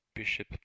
Bishop